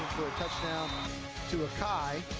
touchdown to akai,